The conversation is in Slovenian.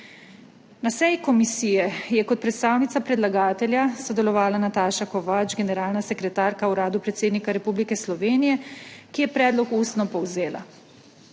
Na seji komisije je kot predstavnica predlagatelja sodelovala Nataša Kovač, generalna sekretarka v Uradu predsednika Republike Slovenije, ki je predlog ustno povzela.